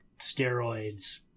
steroids